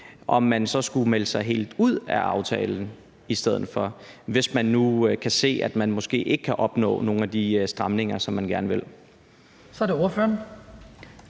om man skulle melde sig helt ud af aftalen i stedet for, hvis man nu kan se, at man måske ikke kan opnå nogle af de stramninger, som man gerne vil